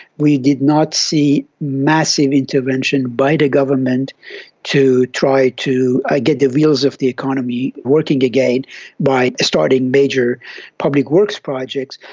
we did not see massive intervention by the government to try to ah get the wheels of the economy working again by starting major public works projects.